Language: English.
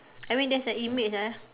I mean there's a image ah